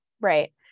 Right